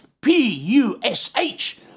P-U-S-H